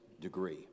degree